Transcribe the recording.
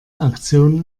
aktion